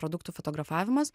produktų fotografavimas